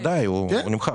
ודאי, הוא נמחק.